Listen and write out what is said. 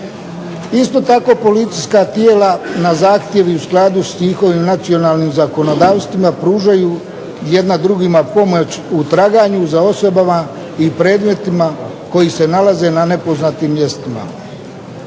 Isto tako policijska tijela na zahtjev i u skladu sa njihovim nacionalnim zakonodavstvima pružaju jedna drugima pomoć u traganju za osobama i predmetima kojim se nalaze na nepoznatim mjestima.